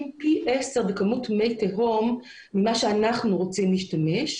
פי 10 בכמות מי תהום מכפי שאנחנו רוצים להשתמש.